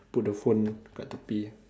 put the phone kat tepi ah